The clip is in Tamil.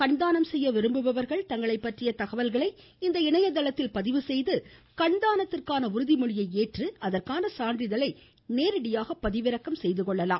கண்தானம் செய்ய விரும்புபவர்கள் தங்களைப் பற்றிய தகவல்களை இந்த இணையதளத்தில் பதிவு செய்து கண்தானத்திற்கான உறுதிமொழியை ஏற்று அதற்கான சான்றிதழை நேரடியாக பதிவிறக்கம் செய்து கொள்ளலாம்